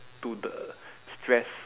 to the stress